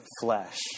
flesh